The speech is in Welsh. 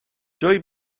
dwy